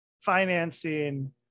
financing